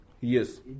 Yes